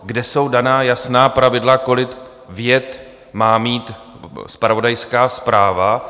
Kde jsou daná jasná pravidla, kolik vět má mít zpravodajská zpráva?